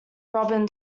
robyn